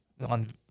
on